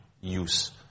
use